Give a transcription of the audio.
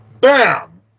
Bam